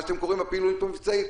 מה שאתם קוראים הפעילות המבצעית.